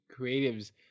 creatives